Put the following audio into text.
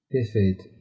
Perfeito